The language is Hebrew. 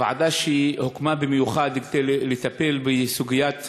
הוועדה שהוקמה במיוחד כדי לטפל בסוגיית